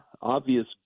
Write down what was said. obvious